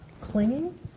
clinging